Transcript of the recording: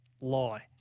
Lie